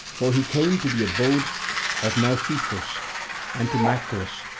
for he came to the abode of nausithous and to macris,